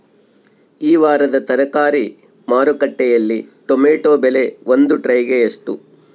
ಈ ವಾರದ ತರಕಾರಿ ಮಾರುಕಟ್ಟೆಯಲ್ಲಿ ಟೊಮೆಟೊ ಬೆಲೆ ಒಂದು ಟ್ರೈ ಗೆ ಎಷ್ಟು?